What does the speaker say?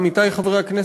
עמיתי חברי הכנסת,